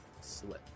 slip